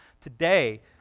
today